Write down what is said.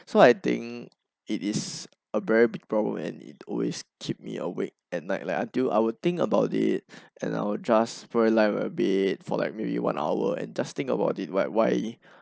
so I think it is a very big problem and it always keep me awake at night like until I will think about it and I'll just pray life a bit for like maybe one hour and just think about it like why